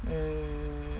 mm